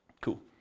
Cool